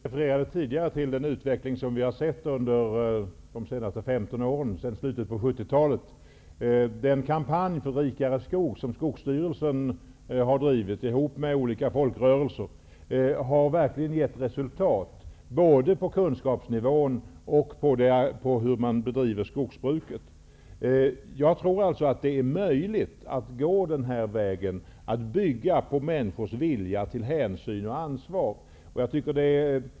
Herr talman! Jag refererade tidigare till den utveckling som vi har sett under de senaste 15 åren sedan slutet på 70-talet. Den kampanj för rikare skog som Skogsvårdsstyrelsen har drivit tillsammans med olika folkrörelser har verkligen gett resultat, både på kunskapssidan och när det gäller sättet att bedriva skogsbruk. Jag tror alltså att det är möjligt att gå den här vägen, att bygga på människors vilja till hänsyn och ansvar.